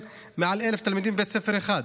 הוא מעל 1,000 תלמידים בבית ספר אחד,